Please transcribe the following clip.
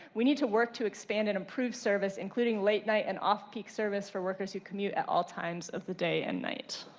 we need to work to expand and improve service. including late-night and off peak service for workers who commute at all times of the day and night.